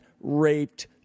raped